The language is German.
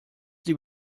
die